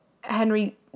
Henry